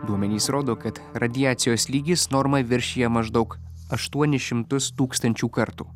duomenys rodo kad radiacijos lygis normą viršija maždaug aštuonis šimtus tūkstančių kartų